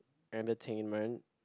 entertainment